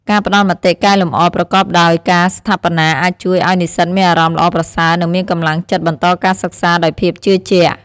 ការផ្តល់មតិកែលម្អប្រកបដោយការស្ថាបនាអាចជួយឱ្យនិស្សិតមានអារម្មណ៍ល្អប្រសើរនិងមានកម្លាំងចិត្តបន្តការសិក្សាដោយភាពជឿជាក់។